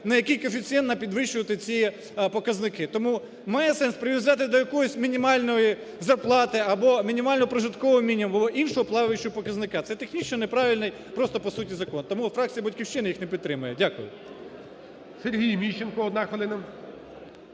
на який коефіцієнт підвищувати ці показники. Тому має сенс прив'язати до якоїсь мінімальної зарплати або мінімального прожиткового мінімуму, або іншого "плаваючого" показника. Це технічно неправильний просто по суті закон. Тому фракція "Батьківщина" їх не підтримає. Дякую.